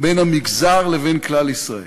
בין המגזר לבין כלל ישראל,